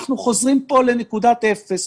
אנחנו חוזרים פה לנקודת אפס,